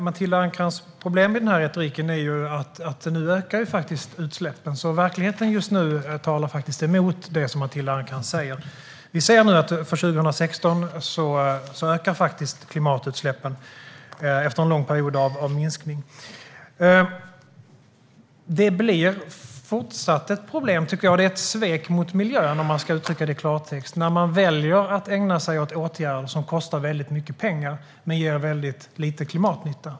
Herr talman! Problemet med retoriken, Matilda Ernkrans, är att utsläppen nu ökar. Verkligheten talar emot det Matilda Ernkrans säger. För 2016 ökar klimatutsläppen efter en lång period av minskning. Det fortsätter att vara ett problem, och det är ett svek mot miljön - för att uttrycka det i klartext - när man väljer att ägna sig åt kostsamma åtgärder som ger lite klimatnytta.